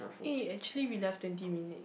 eh actually we left twenty minute